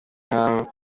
nkaho